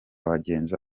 wagenze